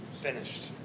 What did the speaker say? Finished